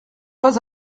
pas